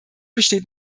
besteht